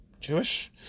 Jewish